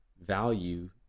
value